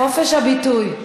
חופש הביטוי.